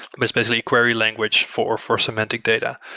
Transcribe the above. especially query language for for semantic data.